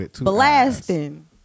blasting